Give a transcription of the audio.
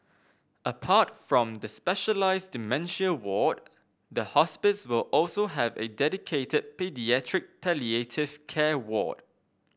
apart from the specialised dementia ward the hospice will also have a dedicated paediatric palliative care ward